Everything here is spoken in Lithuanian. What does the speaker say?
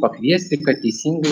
pakviesti kad teisingai